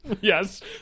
Yes